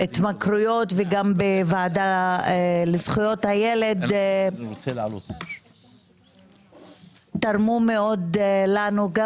בהתמכרויות וגם בוועדה לזכויות הילד תרמו מאוד לנו גם